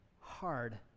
hard